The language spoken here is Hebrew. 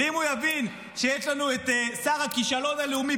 אם הוא יבין שיש לנו את שר הכישלון הלאומי